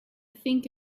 think